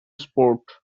sport